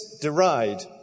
deride